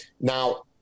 now